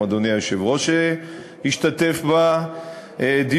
גם אדוני היושב-ראש השתתף בדיון.